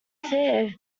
fare